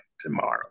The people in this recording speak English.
Tomorrow